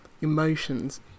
emotions